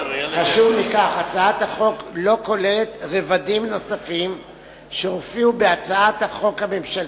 הצעת החוק לא כוללת רבדים נוספים שהופיעו בהצעת החוק הממשלתית.